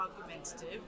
argumentative